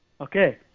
Okay